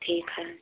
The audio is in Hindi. ठीक है